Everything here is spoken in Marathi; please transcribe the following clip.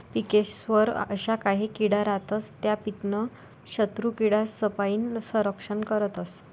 पिकेस्वर अशा काही किडा रातस त्या पीकनं शत्रुकीडासपाईन संरक्षण करतस